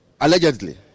allegedly